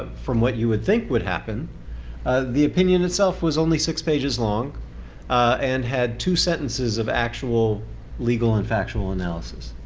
from what you would think would happen the opinion itself was only six pages long and had two sentences of actual legal and factual analysis.